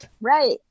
Right